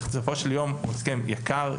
בסופו של יום הוא הסכם יקר,